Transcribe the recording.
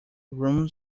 room